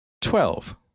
twelve